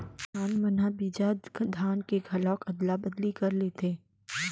किसान मन ह बिजहा धान के घलोक अदला बदली कर लेथे